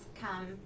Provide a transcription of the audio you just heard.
come